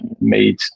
made